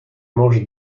mange